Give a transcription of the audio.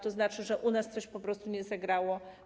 To znaczy, że u nas coś po prostu nie zagrało.